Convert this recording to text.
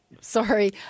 sorry